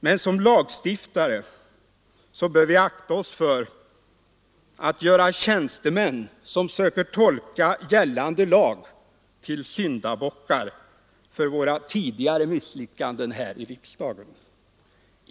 Men som lagstiftare bör vi akta oss för att göra tjänstemän, som söker tolka gällande lag, till syndabockar för våra tidigare misslyckanden här i riksdagen.